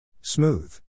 Smooth